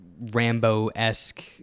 Rambo-esque